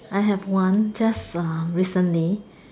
I have one just uh recently